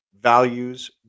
values